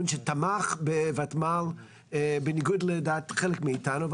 שתמך בותמ"ל בניגוד לדעת חלק מאיתנו,